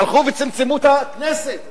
הלכו וצמצמו את הכנסת,